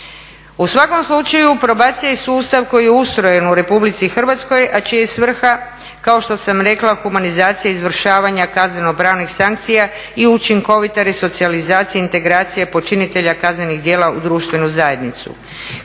U svakom slučaju probacija je sustav koji je ustrojen u RH, a čija je svrha kao što sam rekla humanizacija izvršavanja kazneno-pravnih sankcija i učinkovite resocijalizacije i integracije počinitelja kaznenih djela u društvenu zajednicu.